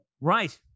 Right